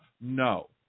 no